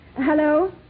Hello